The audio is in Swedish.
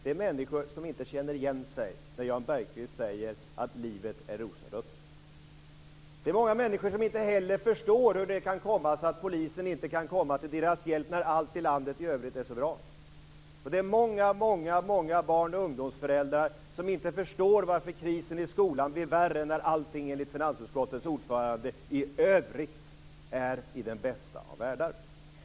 Det är människor som inte känner igen sig när Jan Bergqvist säger att livet är rosenrött. Det är många människor som inte heller förstår hur det kan komma sig att polisen inte kan komma till deras hjälp när allt i landet i övrigt är så bra. Det är många föräldrar till barn och ungdomar som inte förstår varför krisen i skolan blir värre när allting enligt finansutskottets ordförande i övrigt är som i den bästa av världar.